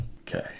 Okay